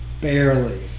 Barely